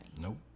Nope